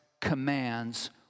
commands